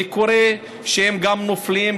וקורה שהם גם נופלים,